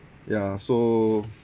ya so